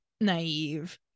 naive